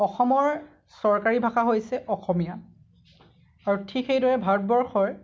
অসমৰ চৰকাৰী ভাষা হৈছে অসমীয়া আৰু ঠিক সেইদৰে ভাৰতবৰ্ষৰ